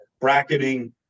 Bracketing